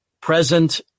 present